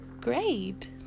great